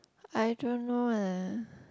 I don't know ah